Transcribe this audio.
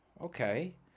okay